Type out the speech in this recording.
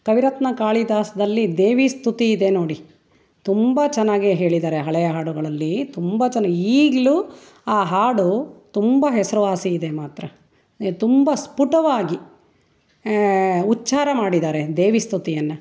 ಕವಿರತ್ನ ಕಾಳಿದಾಸದಲ್ಲಿ ದೇವಿ ಸ್ತುತಿ ಇದೆ ನೋಡಿ ತುಂಬ ಚೆನ್ನಾಗಿ ಹೇಳಿದ್ದಾರೆ ಹಳೆಯ ಹಾಡುಗಳಲ್ಲಿ ತುಂಬ ಚೆನ್ನಾಗಿ ಈಗಲೂ ಆ ಹಾಡು ತುಂಬ ಹೆಸರುವಾಸಿ ಇದೆ ಮಾತ್ರ ತುಂಬ ಸ್ಫುಟವಾಗಿ ಉಚ್ಛಾರ ಮಾಡಿದ್ದಾರೆ ದೇವಿ ಸ್ತುತಿಯನ್ನು